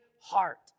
heart